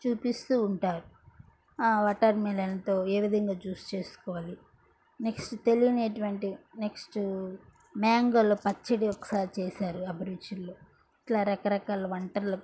చూపిస్తూ ఉంటారు వాటర్మిలన్తో ఏ విధంగా జ్యూస్ చేసుకోవాలి నెక్స్ట్ తెలియనటువంటి నెక్స్ట్ మ్యాంగోలు పచ్చడి ఒకసారి చేశారు అభిరుచిలో ఇట్లా రకరకాల వంటలు